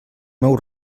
meu